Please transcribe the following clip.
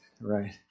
right